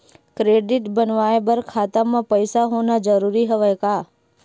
Credit बनवाय बर खाता म पईसा होना जरूरी हवय का?